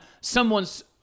someone's